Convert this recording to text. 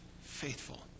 faithful